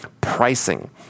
pricing